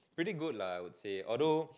pretty good lah I would say although